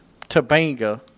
Tabanga